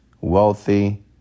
wealthy